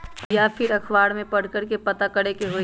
या फिर अखबार में पढ़कर के पता करे के होई?